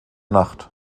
nacht